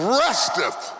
resteth